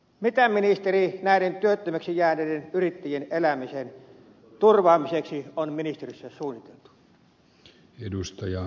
mitä ministeri näiden työttömäksi jääneiden yrittäjien elämisen turvaamiseksi on ministeriössä suunniteltu